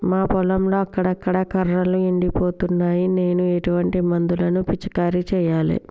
మా పొలంలో అక్కడక్కడ కర్రలు ఎండిపోతున్నాయి నేను ఎటువంటి మందులను పిచికారీ చెయ్యాలే?